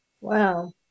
Wow